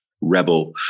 rebel